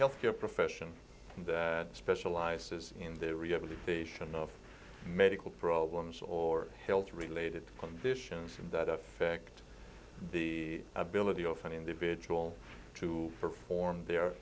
health care profession that specializes in the rehabilitation of medical problems or health related conditions from that affect the ability of an individual to perform their